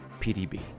PDB